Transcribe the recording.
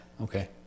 Okay